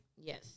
Yes